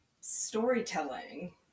storytelling